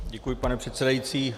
Děkuji, pane předsedající.